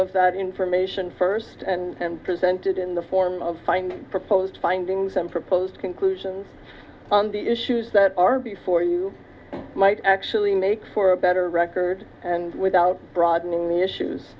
of that information first and then presented in the form of fine proposed findings and proposed conclusions on the issues that are before you might actually make for a better record without broadening the issues